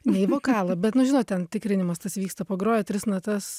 ne į vokalą bet nu žinot ten tikrinimas tas vyksta pagroja tris natas